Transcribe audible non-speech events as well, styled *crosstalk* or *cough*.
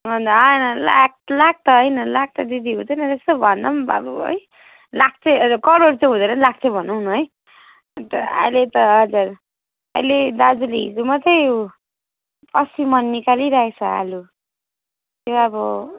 *unintelligible* लाख लाख त हैन लाख त दिदी हुँदैन त्यस्तो भन्न पनि अब है करोड चाहिँ हुँदैन लाख चाहिँ भनौँ न है अनि त अहिले त हजुर अहिले दाजुले हिजो मात्रै अस्सी मन निकालिरहेछ आलु त्यही अब